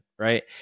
Right